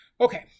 Okay